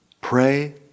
pray